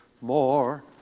More